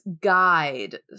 guide